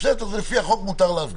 לפי החוק מותר להפגין.